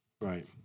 Right